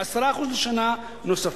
10% לשנה, נוספים.